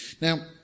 Now